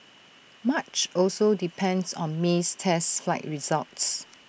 much also depends on May's test flight results